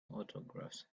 autographs